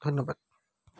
ধন্যবাদ